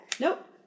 Nope